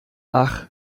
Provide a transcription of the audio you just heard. ach